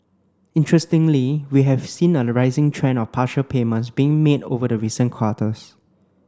interestingly we have seen a rising trend of partial payments being made over the recent quarters